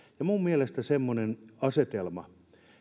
minun mielestäni semmoiseen asetelmaan